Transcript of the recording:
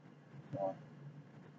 !wah!